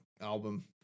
album